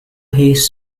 his